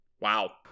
wow